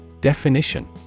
Definition